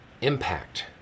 impact